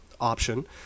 option